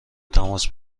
تماس